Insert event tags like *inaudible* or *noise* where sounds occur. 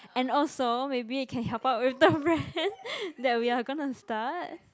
and also maybe I can help out with the brand *breath* that we are gonna start